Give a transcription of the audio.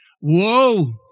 Whoa